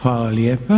Hvala lijepa.